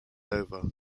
over